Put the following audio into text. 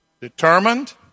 Determined